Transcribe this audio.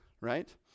right